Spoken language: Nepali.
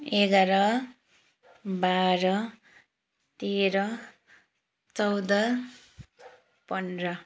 एघार बाह्र तेह्र चौध पन्ध्र